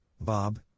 Bob